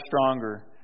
stronger